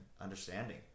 understanding